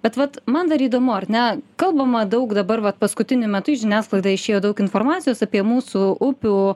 bet vat man dar įdomu ar ne kalbama daug dabar vat paskutiniu metu į žiniasklaidą išėjo daug informacijos apie mūsų upių